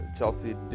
Chelsea